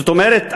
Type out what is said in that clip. זאת אומרת,